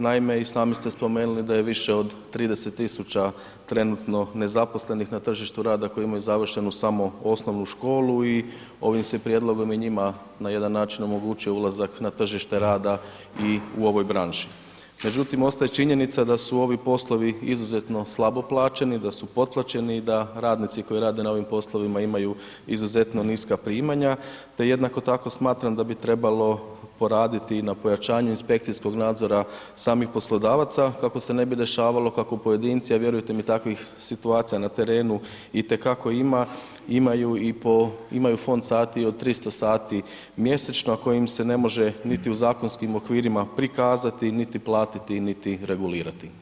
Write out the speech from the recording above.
Naime i sami ste spomenuli da je više od 30 000 trenutno nezaposlenih na tržištu rada koji imaju završenu samo osnovnu školu i ovim se prijedlogom i njima na jedan način omogućuje ulazak na tržište rada i u ovoj branši međutim ostaje činjenica da su ovi poslovi izuzetno slabo plaćeni, da su potplaćeni i da radnici koji rade na ovim poslovima imaju izuzetno niska primanja te jednako tako smatram da bi trebalo poraditi i na pojačaju inspekcijskog nadzora samih poslodavaca kako se ne bi dešavalo kako pojedinci a vjerujte mi takvih situacija na terenu itekako ima, imaju fond sati i od 300 sati mjesečno a koje im se ne može niti u zakonskim okvirima prikazati niti platiti niti regulirati.